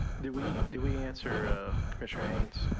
do we do we answer a trains